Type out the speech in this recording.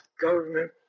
government